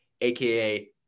aka